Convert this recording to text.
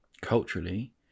culturally